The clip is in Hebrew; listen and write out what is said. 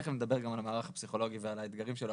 תיכף נדבר גם על המערך הפסיכולוגי ועל האתגרים שלו,